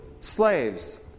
slaves